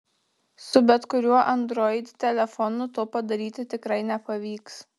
su bet kuriuo android telefonu to padaryti tikrai nepavyks